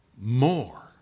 more